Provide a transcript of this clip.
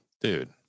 Dude